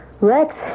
Rex